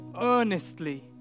earnestly